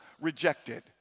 rejected